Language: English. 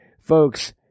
Folks